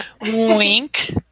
wink